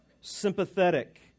sympathetic